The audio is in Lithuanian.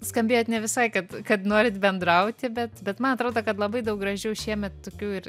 skambėjot ne visai kad kad norit bendrauti bet bet man atrodo kad labai daug gražių šiemet tokių ir